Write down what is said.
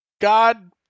God